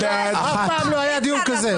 אף פעם לא היה דיון כזה.